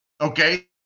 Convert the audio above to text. okay